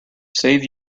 save